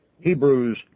Hebrews